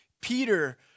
Peter